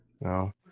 no